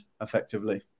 effectively